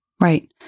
right